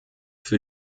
für